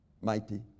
mighty